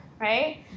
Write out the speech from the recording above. right